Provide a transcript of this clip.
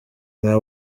nka